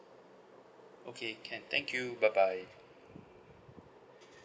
okay can thank you bye bye